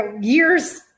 years